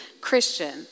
Christian